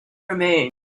remained